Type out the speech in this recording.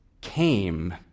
came